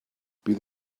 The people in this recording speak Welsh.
bydd